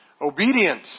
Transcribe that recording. obedient